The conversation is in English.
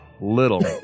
little